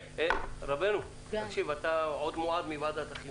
השיחות ברקע מפריעות לי.